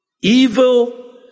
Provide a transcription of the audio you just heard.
evil